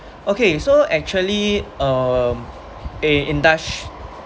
okay so actually um eh industry